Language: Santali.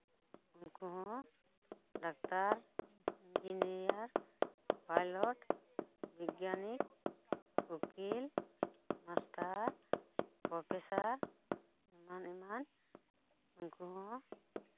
ᱩᱱᱠᱩ ᱦᱚᱸ ᱰᱟᱠᱛᱟᱨ ᱤᱧᱡᱤᱱᱤᱭᱟᱨ ᱯᱟᱭᱞᱚᱴ ᱵᱤᱜᱽᱜᱟᱱᱤ ᱩᱠᱤᱞ ᱢᱟᱥᱴᱟᱨ ᱯᱨᱚᱯᱷᱮᱥᱟᱨ ᱮᱢᱟᱱ ᱮᱢᱟᱱ ᱩᱱᱠᱩ ᱦᱚᱸ